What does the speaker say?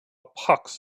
pox